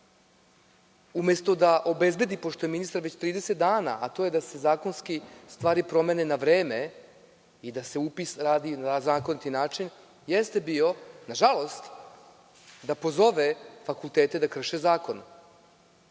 umesto da obezbedi, pošto je ministar već 30 dana, a to je da se zakonski stvari promene na vreme i da se upis radi na zakoniti način, jeste bio, nažalost da pozove fakultete da krše zakone. Danas